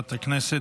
חברת הכנסת.